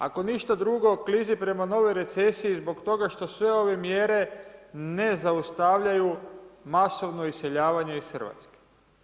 Ako ništa drugo, klizi prema novoj recesiji zbog toga što sve ove mjere ne zaustavljaju masovno iseljavanje iz RH.